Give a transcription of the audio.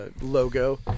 logo